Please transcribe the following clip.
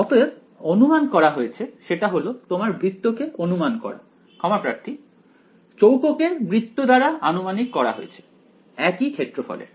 অতএব অনুমান করা হয়েছে সেটা হল তোমার বৃত্তকে অনুমান করা ক্ষমাপ্রার্থী চৌকো কে বৃত্ত দ্বারা আনুমানিক করা হয়েছে একই ক্ষেত্রফলের